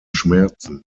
schmerzen